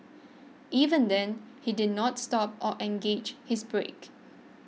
even then he did not stop or engaged his brake